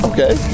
Okay